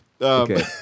Okay